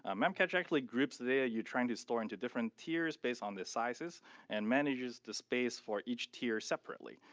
ah memcache actually grips the data ah you're trying to store into different tiers based on the sizes and manages the space for each tier separately,